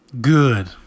Good